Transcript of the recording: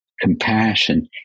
compassion